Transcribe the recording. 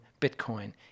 Bitcoin